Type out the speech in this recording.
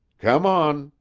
come on,